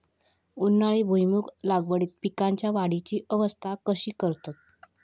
उन्हाळी भुईमूग लागवडीत पीकांच्या वाढीची अवस्था कशी करतत?